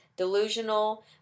delusional